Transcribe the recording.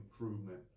improvement